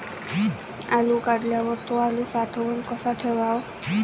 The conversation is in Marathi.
आलू काढल्यावर थो आलू साठवून कसा ठेवाव?